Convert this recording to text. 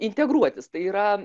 integruotis tai yra